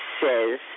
says